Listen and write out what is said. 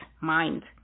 mind